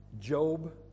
Job